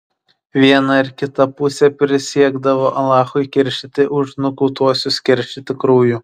viena ar kita pusė prisiekdavo alachu keršyti už nukautuosius keršyti krauju